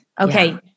Okay